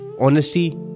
honesty